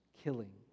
killing